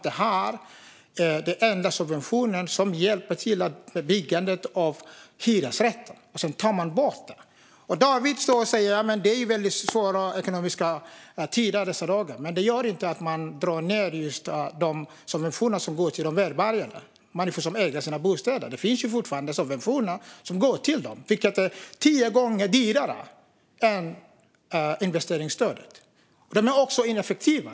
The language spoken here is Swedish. Det är den enda subventionen som hjälper till med byggandet av hyresrätter, och så tar man bort den. David Josefsson står och säger att det är svåra ekonomiska tider i dessa dagar. Men det gör inte att man drar ned på just de subventioner som går till de välbärgade, människor som äger sina bostäder. Det finns fortfarande subventioner som går till dem. De är tio gånger dyrare än investeringsstödet. De är också ineffektiva.